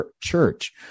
church